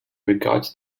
regards